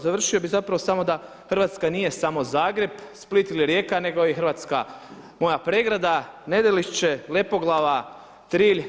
Završio bih zapravo samo da Hrvatska nije samo Zagreb, Split ili Rijeka nego je i Hrvatska moja Pregrada, Nedelišće, Lepoglava, Trilj.